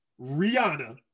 Rihanna